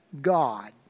God